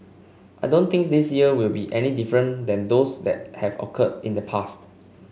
I don't think this year will be any different than those that have occurred in the past